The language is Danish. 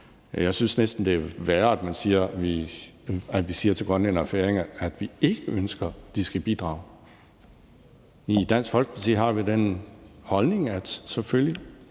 Jeg synes næsten, det er værre, at vi siger til grønlændere og færinger, at vi ikke ønsker, at de skal bidrage. I Dansk Folkeparti har vi den holdning, at selvfølgelig